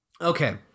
Okay